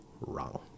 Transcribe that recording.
wrong